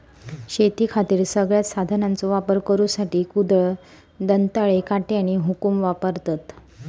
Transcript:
शेतीखातीर सगळ्यांत साधनांचो वापर करुसाठी कुदळ, दंताळे, काटे आणि हुकुम वापरतत